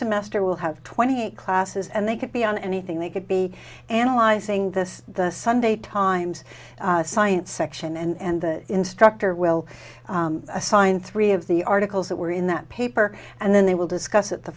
semester will have twenty eight classes and they could be on anything they could be analyzing this the sunday times science section and the instructor will assign three of the articles that were in that paper and then they will discuss it the